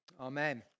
amen